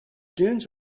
dunes